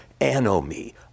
anomie